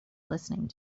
listening